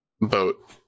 boat